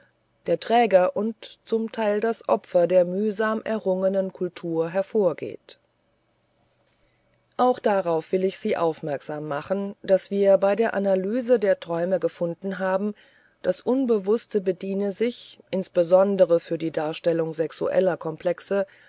der träger und zum teil das opfer der mühsam errungenen kultur hervorgeht auch darauf will ich sie aufmerksam machen daß wir bei der analyse der träume gefunden haben das unbewußte bediene sich insbesondere für die darstellung sexueller komplexe